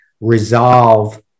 resolve